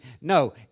No